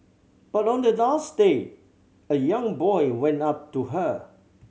but on the last day a young boy went up to her